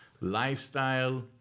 lifestyle